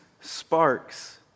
sparks